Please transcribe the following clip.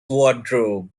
wardrobe